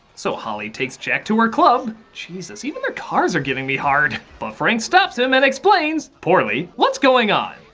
so, holli takes jack to her club. jesus, even their cars are getting me hard! but frank stops them and explains, poorly, what's going on.